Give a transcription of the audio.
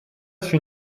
fut